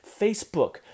Facebook